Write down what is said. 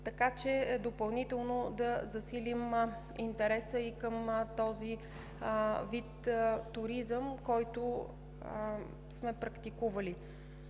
така че допълнително да засилим интереса и към този вид туризъм, който сме практикували.